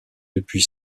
depuis